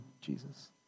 Jesus